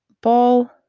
Ball